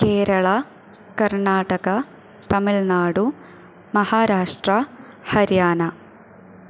Kerala Karnataka Tamil Nadu Maharashtra Haryana